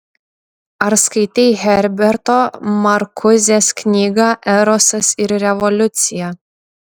ar skaitei herberto markuzės knygą erosas ir revoliucija